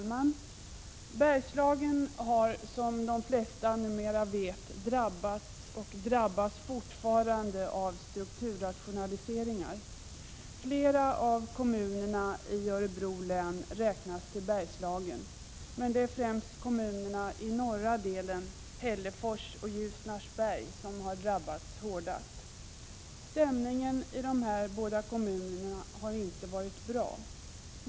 Herr talman! Bergslagen har som de flesta numera vet drabbats och drabbas fortfarande av strukturrationaliseringar. Flera av kommunerna i Örebro län räknas till Bergslagen, men det är kommunerna i norra delen, Hällefors och Ljusnarsberg, som drabbats hårdast. Stämningen i dessa båda kommuner har inte varit bra.